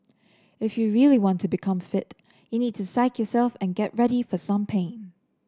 if you really want to become fit you need to psyche yourself and get ready for some pain